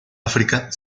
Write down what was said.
áfrica